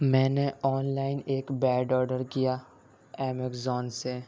میں نے آنلائن ایک بیڈ آڈر کیا امیکزون سے